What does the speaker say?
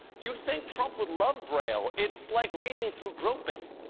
you'd think trump would love braille it's like reading through groping!